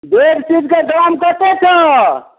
bed सेटके दाम कतेक छह